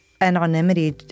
anonymity